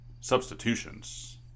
substitutions